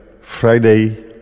Friday